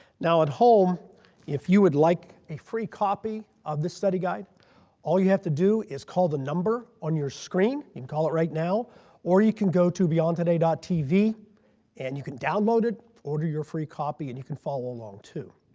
now at home if you would like a free copy of this study guide all you have to do is call the number on your screen. call it right now or you can go to beyondtoday tv and you can download it, order your free copy, and you can follow along too.